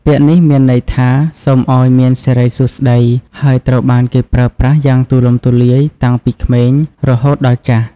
ពាក្យនេះមានន័យថា “សូមឱ្យមានសិរីសួស្ដី” ហើយត្រូវបានគេប្រើប្រាស់យ៉ាងទូលំទូលាយតាំងពីក្មេងរហូតដល់ចាស់។